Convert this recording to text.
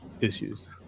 issues